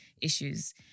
issues